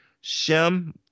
Shem